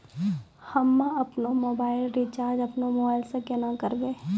हम्मे आपनौ mobile recharge आपनौ मोबाइल से केना करवै?